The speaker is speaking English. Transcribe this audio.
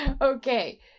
Okay